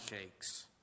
shakes